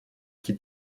qui